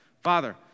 Father